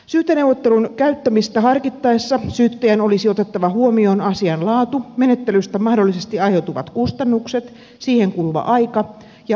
syyteneuvottelun käyttämistä harkittaessa syyttäjän olisi otettava huomioon asian laatu menettelystä mahdollisesti aiheutuvat kustannukset siihen kuluva aika ja osallisuuskysymykset